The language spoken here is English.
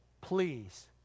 Please